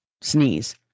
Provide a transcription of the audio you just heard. sneeze